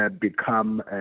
become